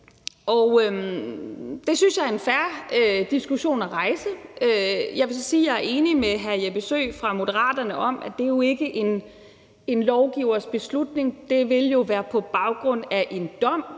Det synes jeg er en fair diskussion at rejse. Jeg vil så sige, at jeg er enig med hr. Jeppe Søe fra Moderaterne i, at det jo ikke er en lovgivers beslutning. Det ville ske på baggrund af en dom.